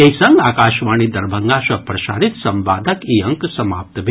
एहि संग आकाशवाणी दरभंगा सँ प्रसारित संवादक ई अंक समाप्त भेल